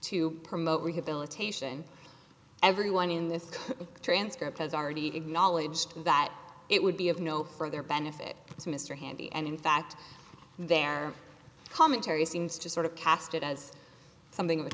to promote rehabilitation everyone in this transcript has already acknowledged that it would be of no further benefit to mr hamdi and in fact their commentary seems to sort of cast it as something of a